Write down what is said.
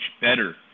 better